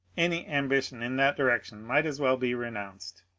any ambition in that direction might as well be renounced.